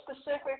specific